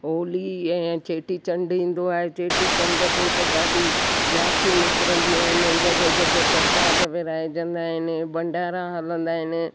होली ऐं चेटी चंड ईंदो आहे चेटी चंड ते त ॾाढी झाकियूं निकिरंदियूं आहिनि जॻह जॻह ते परसाद विरहाइजंदा आहिनि भंडारा हलंदा आहिनि